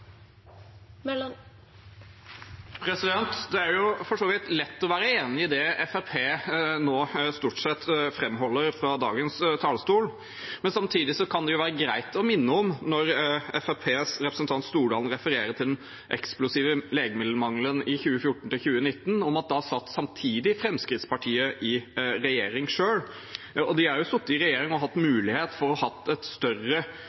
for så vidt lett å være enig i det Fremskrittspartiet nå framholder fra dagens talerstol. Men samtidig kan det være greit å minne om, når Fremskrittspartiets representant Stordalen refererer til den eksplosive legemiddelmangelen fra 2014 til 2019, at da satt Fremskrittspartiet i regjering selv, og de har jo sittet i regjering og hatt mulighet for å ha et større